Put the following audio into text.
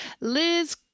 Liz